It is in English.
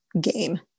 game